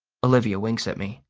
olivia winks at me.